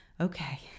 okay